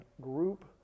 group